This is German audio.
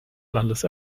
landes